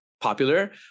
popular